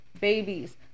babies